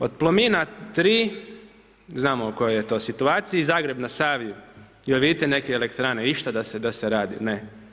Od Plomina 3, znamo u kojoj je to situaciji, Zagreb na Savi, jel' vi vidite neke elektrane, išta da se radi, ne.